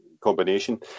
combination